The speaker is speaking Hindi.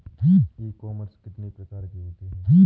ई कॉमर्स कितने प्रकार के होते हैं?